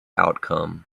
outcome